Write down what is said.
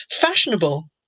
fashionable